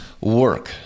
work